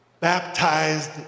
baptized